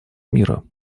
мира